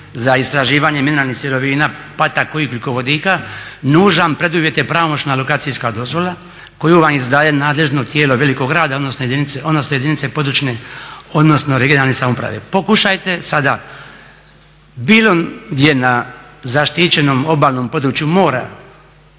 za istraživanje mineralnih sirovina pa tako i ugljikovodika nužan preduvjet je pravomoćna lokacijska dozvola koju vam izdaje nadležno tijelo velikog grada odnosno jedinice područne odnosno regionalne samouprave. Pokušajte sada bilo gdje na zaštićenom obalnom području mora